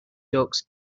ducks